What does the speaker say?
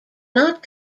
not